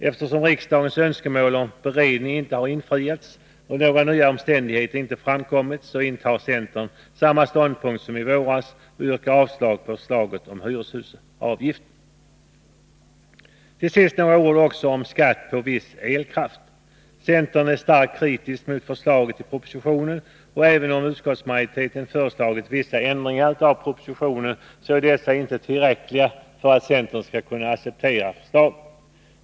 Eftersom riksdagens önskemål om beredning inte har infriats och några nya omständigheter inte framkommit så intar centern samma ståndpunkt som i våras och yrkar avslag på förslaget om hyreshusavgift. Till sist några ord om skatt på viss elkraft. Centern är starkt kritisk mot förslaget i propositionen, och även om utskottsmajoriteten föreslagit vissa ändringar av propositionen är dessa inte tillräckliga för att centern skall kunna acceptera förslaget.